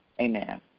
Amen